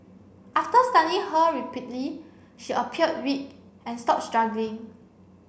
after stunning her repeatedly she appeared weak and stopped struggling